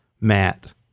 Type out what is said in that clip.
Matt